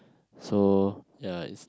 so ya it's